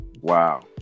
Wow